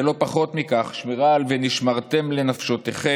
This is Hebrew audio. ולא פחות מכך, שמירה על "ונשמרתם לנפשותיכם"